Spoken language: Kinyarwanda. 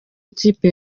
ikipe